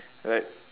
like